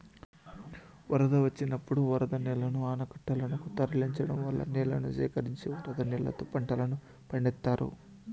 వరదలు వచ్చినప్పుడు వరద నీళ్ళను ఆనకట్టలనకు తరలించడం వల్ల నీళ్ళను సేకరించి వరద నీళ్ళతో పంటలను పండిత్తారు